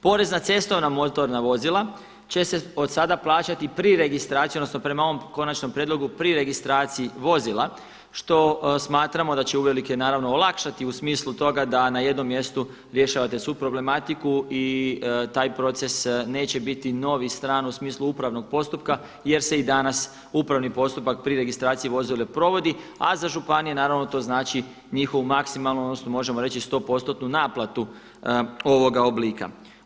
Porez na cestovna motorna vozila će se od sada plaćati pri registraciji odnosno prema ovom konačnom prijedlogu pri registraciji vozila što smatramo da će uvelike naravno olakšati u smislu toga da na jednom mjestu rješavate svu problematiku i taj proces neće biti novi i stran u smislu upravnog postupka jer se i danas upravni postupak pri registraciji vozila provodim, a za županije naravno to znači njihovu maksimalnu odnosno možemo reći 100%-nu naplatu ovoga oblika.